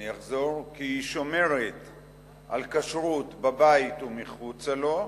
אני אחזור: כי היא שומרת על כשרות בבית ומחוצה לו,